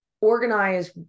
organize